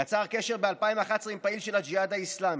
יצר קשר ב-2011 עם פעיל של הג'יהאד האסלאמי,